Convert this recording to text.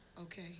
okay